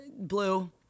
Blue